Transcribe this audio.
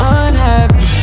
unhappy